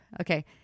Okay